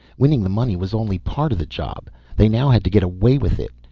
winning the money was only part of the job they now had to get away with it.